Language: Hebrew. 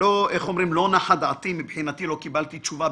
לא נחה דעתי, מבחינתי לא קיבלתי תשובה.